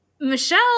Michelle